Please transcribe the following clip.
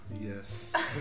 Yes